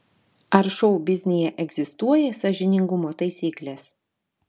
ar šou biznyje egzistuoja sąžiningumo taisyklės